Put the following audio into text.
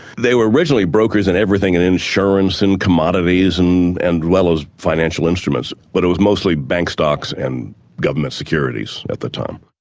they were originally brokers in everything, in insurance, in commodities as and and well as financial instruments, but it was mostly bank stocks and government securities at the time.